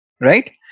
Right